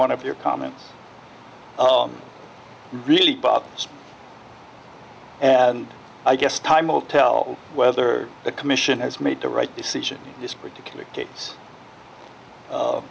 one of your comments really bob and i guess time will tell whether the commission has made the right decision this particular case